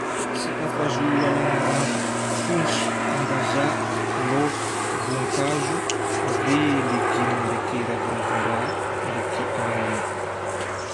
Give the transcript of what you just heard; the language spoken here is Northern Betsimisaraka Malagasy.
Sakafo azo alagna rano: fontsy, ambazaha, laoko, voankazo, ave légume ndraiky raviravin-draha, ndraiky anana.